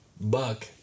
buck